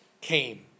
came